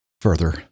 further